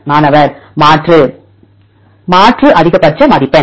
மாணவர் மாற்று மாற்று அதிகபட்ச மதிப்பெண்